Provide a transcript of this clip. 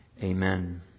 Amen